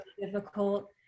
difficult